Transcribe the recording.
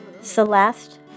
Celeste